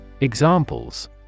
Examples